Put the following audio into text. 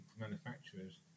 manufacturers